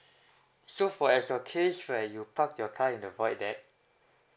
so for as your case right you park your car in the void deck